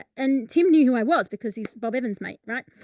and tim knew who i was because he's bob evans mate right.